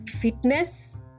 fitness